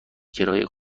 کرایه